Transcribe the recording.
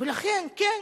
ולכן, כן,